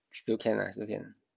still can lah still can